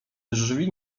drzwi